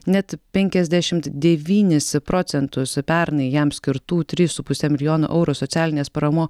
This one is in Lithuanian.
net penkiasdešimt devynis procentus pernai jam skirtų trijų su puse milijono eurų socialinės paramo